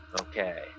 Okay